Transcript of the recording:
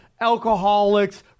alcoholics